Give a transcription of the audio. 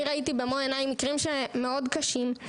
ראיתי במו עיניי מקרים שהם מאוד קשים.